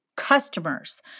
Customers